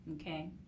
Okay